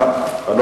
אחד אחד.